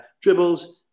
dribbles